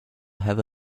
have